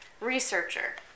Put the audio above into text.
researcher